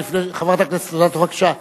חברת הכנסת אדטו, בבקשה.